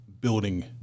building